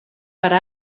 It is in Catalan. per